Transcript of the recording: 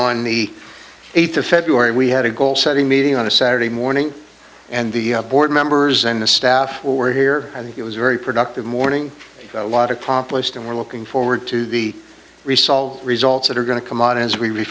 on the eighth of february we had a goal setting meeting on a saturday morning and the board members and the staff were here and it was a very productive morning a lot accomplished and we're looking forward to the risaldar results that are going to come out as we